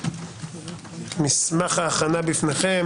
מסמך ההכנה בפניכם.